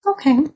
Okay